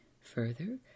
Further